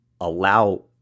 allow